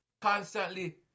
constantly